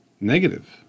negative